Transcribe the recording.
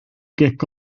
gic